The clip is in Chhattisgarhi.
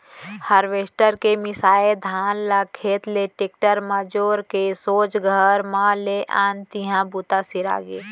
हारवेस्टर के मिंसाए धान ल खेत ले टेक्टर म जोर के सोझ घर म ले आन तिहॉं बूता सिरागे